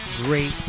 great